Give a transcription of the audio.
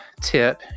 tip